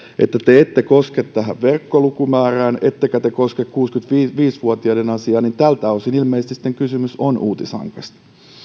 että te ette koske tähän verkkolukumäärään ettekä te koske kuusikymmentäviisi vuotiaiden asiaan eli tältä osin ilmeisesti sitten kysymys on uutisankasta